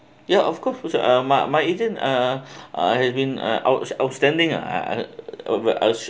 ya of course uh my my agent uh uh has been uh out outstanding